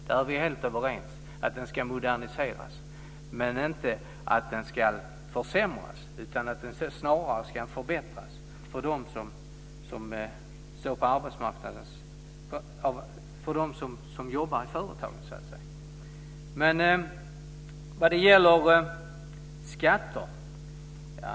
Vi är helt överens om att den ska moderniseras men inte att den ska försämras - snarare förbättras för dem som jobbar i företagen. Sedan var det frågan om skatter.